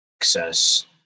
access